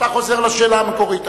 אני מבין שאתה חוזר לשאלה המקורית.